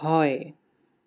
হয়